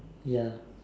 ya